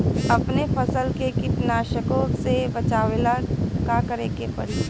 अपने फसल के कीटनाशको से बचावेला का करे परी?